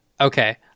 Okay